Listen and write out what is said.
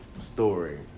story